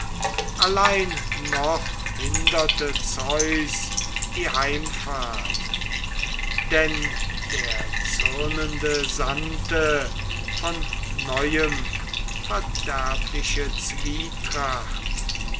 allein noch hinderte zeus die heimfahrt denn der zürnende sandte von neuem verderbliche zwietracht